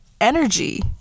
energy